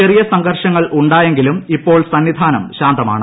ചെറിയ സംഘർഷങ്ങൾ ഉണ്ടായെങ്കിലും ഇപ്പോൾ സന്നിധാനം ശാന്തമാണ്